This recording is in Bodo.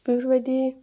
बेफोरबायदि